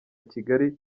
kigali